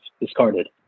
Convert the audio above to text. discarded